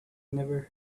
never